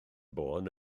boen